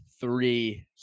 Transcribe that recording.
three